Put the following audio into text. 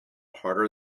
harder